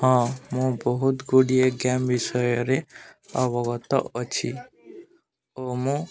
ହଁ ମୁଁ ବହୁତଗୁଡ଼ିଏ ଗେମ୍ ବିଷୟରେ ଅବଗତ ଅଛି ଓ ମୁଁ